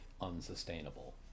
unsustainable